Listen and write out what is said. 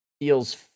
feels